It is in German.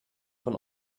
von